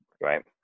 right